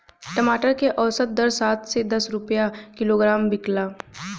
टमाटर के औसत दर सात से दस रुपया किलोग्राम बिकला?